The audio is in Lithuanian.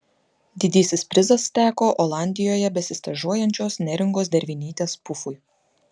didysis prizas teko olandijoje besistažuojančios neringos dervinytės pufui